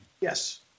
Yes